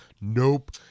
Nope